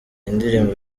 ndirimbo